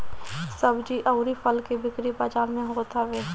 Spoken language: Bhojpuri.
सब्जी अउरी फल के बिक्री बाजारी में होत हवे